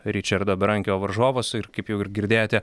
ričardo berankio varžovas ir kaip jau ir girdėjote